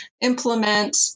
implement